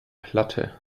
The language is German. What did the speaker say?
platte